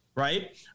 Right